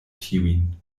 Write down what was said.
tiujn